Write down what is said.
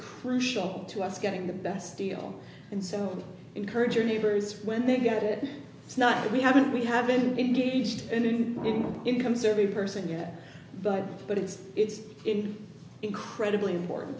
crucial to us getting the best deal and so encourage your neighbors when they get it it's not that we haven't we haven't been detached and an income survey person here but but it's it's incredibly important